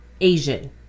Asian